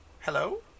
Hello